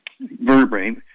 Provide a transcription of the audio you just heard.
vertebrae